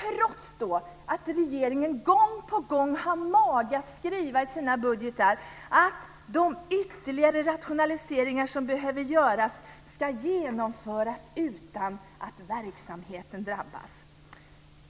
Trots det har regeringen gång på gång mage att skriva i sina budgetar att "de ytterligare rationaliseringar som behöver göras ska genomföras utan att verksamheten drabbas".